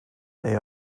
they